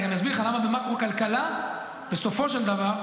אני גם אסביר לך למה במקרו-כלכלה בסופו של דבר,